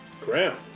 Graham